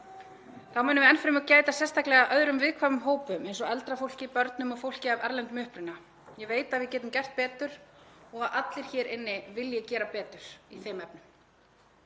Þá munum við enn fremur gæta sérstaklega að öðrum viðkvæmum hópum eins og eldra fólki, börnum og fólki af erlendum uppruna. Ég veit að við getum gert betur og að allir hér inni vilja gera betur í þeim efnum.